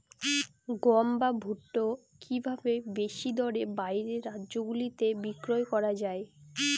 গম বা ভুট্ট কি ভাবে বেশি দরে বাইরের রাজ্যগুলিতে বিক্রয় করা য়ায়?